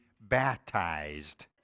baptized